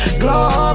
glow